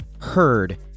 Herd